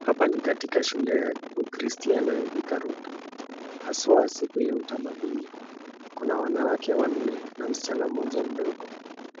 Hapa ni katika shule ya ukristiano ya Thika Road, haswa siku ya utamaduni. Kuna wanawake wanne na msichana mmoja mdogo,